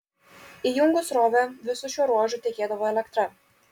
įjungus srovę visu šiuo ruožu tekėdavo elektra